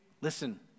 Listen